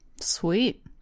sweet